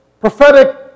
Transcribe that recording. prophetic